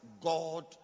God